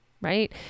Right